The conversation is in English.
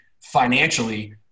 financially